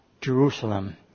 Jerusalem